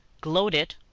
gloated